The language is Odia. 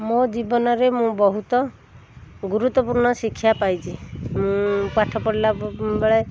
ମୋ ଜୀବନରେ ମୁଁ ବହୁତ ଗୁରୁତ୍ୱପୂର୍ଣ୍ଣ ଶିକ୍ଷାପାଇଛି ମୁଁ ପାଠ ପଢ଼ିଲାବେଳେ